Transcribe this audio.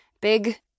Big